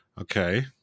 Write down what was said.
okay